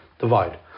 divide